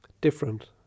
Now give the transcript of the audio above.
different